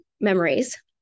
memories